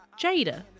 Jada